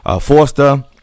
Forster